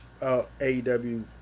AEW